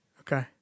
Okay